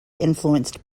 influenced